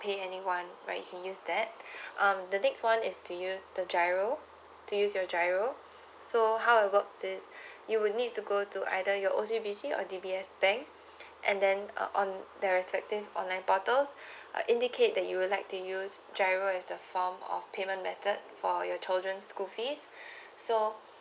pay anyone right you can use that um the next one is to use the G_I_R_O to use your G_I_R_O so how it works is you will need to go to either your O_C_B_C or D_B_S bank and then on there are alternative online bottles uh indicate that you would like to use G_I_R_O as a form of payment method for your children school fees so